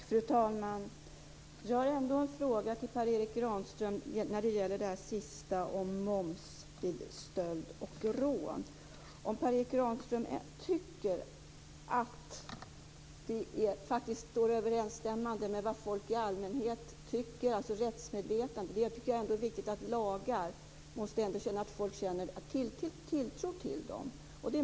Fru talman! Jag har en fråga till Per Erik Granström när det gäller det sista om moms vid stöld och rån. Anser Per Erik Granström att det står i överensstämmande med vad folk i allmänhet tycker, dvs. rättsmedvetandet? Det är ändå viktigt att människor känner tilltro till lagar.